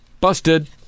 Busted